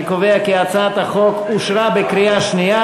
אני קובע כי הצעת החוק אושרה בקריאה שנייה.